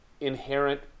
Inherent